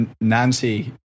Nancy